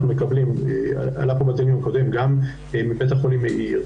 אנחנו מצליחים לקבל גם מבית החולים מאיר,